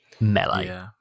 melee